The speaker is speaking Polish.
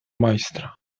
majstra